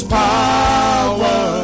power